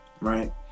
right